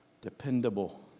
dependable